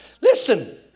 Listen